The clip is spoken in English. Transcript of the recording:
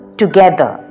together